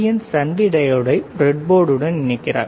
என் சந்தி டையோடை பிரெட்போர்டுடன் இணைக்கிறார்